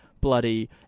bloody